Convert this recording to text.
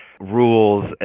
rules